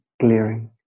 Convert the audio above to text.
glaring